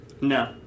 No